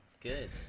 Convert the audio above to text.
Good